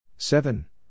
Seven